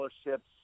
scholarships